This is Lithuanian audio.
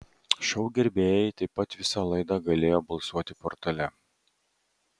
šou gerbėjai taip pat visą laidą galėjo balsuoti portale